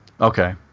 okay